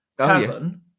Tavern